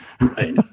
Right